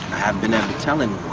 been able to tell um